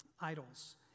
idols